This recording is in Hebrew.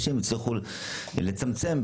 ויצליחו לצמצם,